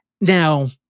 Now